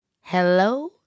Hello